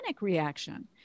reaction